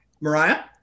Mariah